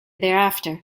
thereafter